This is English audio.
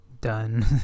done